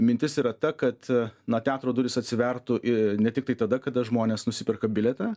mintis yra ta kad na teatro durys atsivertų ir ne tiktai tada kada žmonės nusiperka bilietą